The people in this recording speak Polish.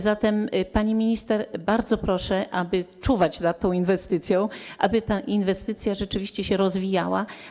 Zatem, pani minister, bardzo proszę, aby czuwać nad tą inwestycją, aby ta inwestycja rzeczywiście się rozwijała.